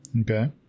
Okay